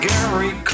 Gary